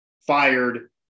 Fired